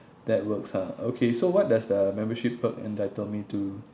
that works ha okay so what does the membership perk entitled me to